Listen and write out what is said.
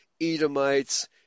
Edomites